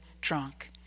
drunk